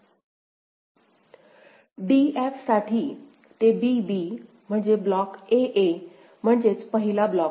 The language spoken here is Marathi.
d f साठी ते b b म्हणजे ब्लॉक a a म्हणजेच पहिला ब्लॉक आहे